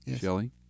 Shelly